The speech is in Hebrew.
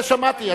זה שמעתי.